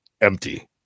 empty